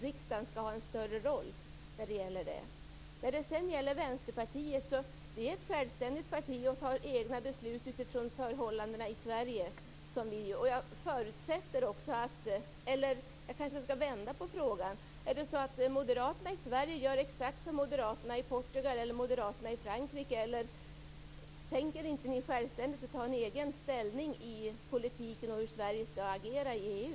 Riksdagen skall ha en större roll. Vänsterpartiet är ett självständigt parti som fattar egna beslut med utgångspunkt i förhållandena i Sverige. Gör Moderaterna i Sverige exakt som Moderaterna i Portugal eller Frankrike? Tänker ni inte självständigt och tar ställning för hur Sverige skall agera i EU?